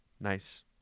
Nice